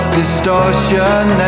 distortion